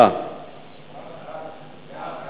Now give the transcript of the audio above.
ההצעה להעביר